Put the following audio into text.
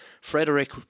Frederick